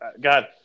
God